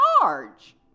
charge